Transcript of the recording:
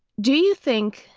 do you think?